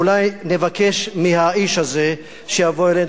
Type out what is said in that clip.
אולי נבקש מהאיש הזה שיבוא אלינו.